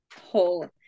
whole